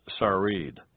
Sarid